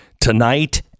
tonight